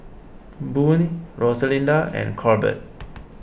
Boone Rosalinda and Corbett